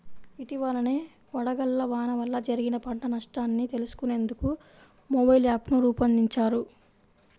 ఇటీవలనే వడగళ్ల వాన వల్ల జరిగిన పంట నష్టాన్ని తెలుసుకునేందుకు మొబైల్ యాప్ను రూపొందించారు